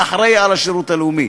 הוא יהיה אחראי לשירות הלאומי.